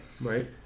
Right